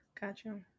Gotcha